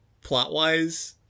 plot-wise